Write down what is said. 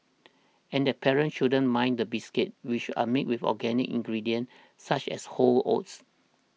and their parents shouldn't mind the biscuits which are made with organic ingredients such as whole oats